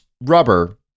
rubber